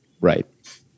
Right